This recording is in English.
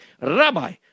Rabbi